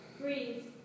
Breathe